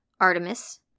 Artemis